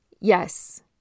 Yes